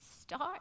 Start